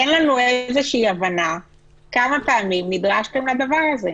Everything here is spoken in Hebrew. תן לנו איזושהי הבנה כמה פעמים נדרשתם לדבר הזה.